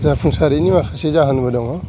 जाफुंसारैनि माखासे जाहोन फोरबो दङ